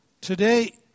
Today